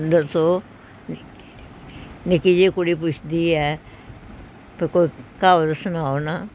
ਦੱਸੋ ਨਿੱਕੀ ਜਿਹੀ ਕੁੜੀ ਪੁੱਛਦੀ ਹੈ ਪਈ ਕੋਈ ਕਹਾਵਤ ਸੁਣਾਓ ਨਾ